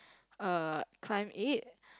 uh climb it